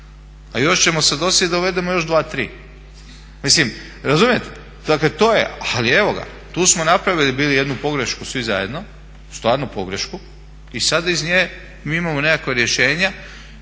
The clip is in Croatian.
A još ćemo se dosjetiti da uvedemo još 2, 3. Mislim razumijete? Dakle, to je, ali evo ga. Tu smo napravili bili jednu pogrešku svi zajedno, stvarno pogrešku i sad iz nje mi imamo nekakva rješenja